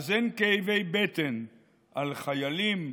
אז אין כאבי בטן על חיילים,